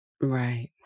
Right